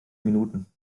minuten